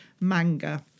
manga